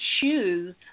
choose